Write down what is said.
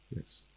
Yes